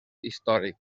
històric